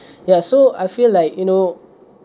ya so I feel like you know